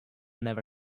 never